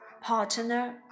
Partner